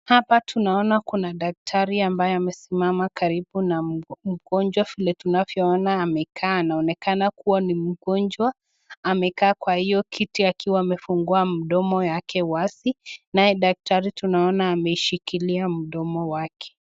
Hapa tunaona kuna daktari ambayo amesimama karibu na mgonjwa vile tunavyoona amekaa anaonekana kuwa ni mgonjwa, amekaa kwa hio kiti akiwa amefungua mdomo yake wazi. Naye daktari tunaona ameshikilia mdomo wake.